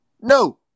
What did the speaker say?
No